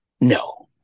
No